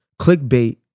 clickbait